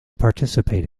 participate